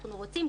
אנחנו רוצים.